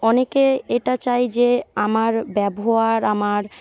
অনেকে এটা চায় যে আমার ব্যবহার আমার